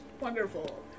wonderful